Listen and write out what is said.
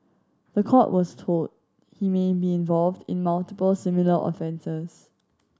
the court was told he may be involved in multiple similar offences